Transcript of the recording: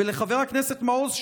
ולחבר הכנסת מעוז,